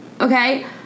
Okay